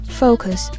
focus